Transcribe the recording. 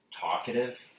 talkative